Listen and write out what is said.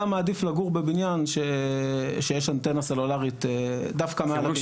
מעדיף לגור בבניין שיש אנטנה סלולרית דווקא מעל הבניין מבחינת הקרינה.